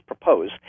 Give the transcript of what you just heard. propose